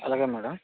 అలాగే మ్యాడం